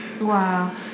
Wow